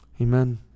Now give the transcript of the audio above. Amen